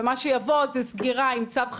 ומה שיבוא זה סגירה עם צו חדש,